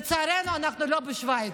לצערנו, אנחנו לא בשווייץ.